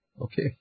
Okay